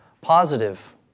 positive